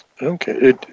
Okay